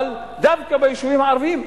אבל דווקא ביישובים הערביים,